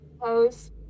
pose